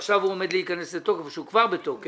שעכשיו הוא עומד להיכנס לתוקף או שהוא כבר בתוקף,